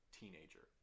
teenager